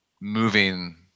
moving